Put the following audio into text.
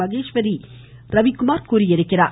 மகேஸ்வரி ரவிக்குமார் தெரிவித்துள்ளார்